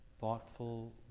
thoughtful